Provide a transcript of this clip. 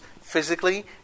physically